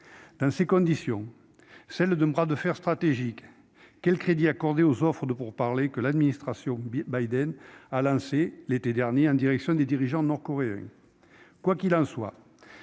Dans ces conditions, dans le contexte d'un bras de fer stratégique, quel crédit accorder aux offres de pourparlers que l'administration Biden a faites l'été dernier au dirigeant nord-coréen ?